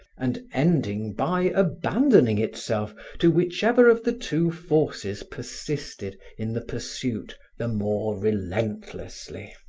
and ending by abandoning itself to whichever of the two forces persisted in the pursuit the more relentlessly.